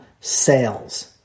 sales